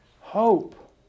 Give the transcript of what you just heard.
Hope